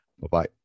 Bye-bye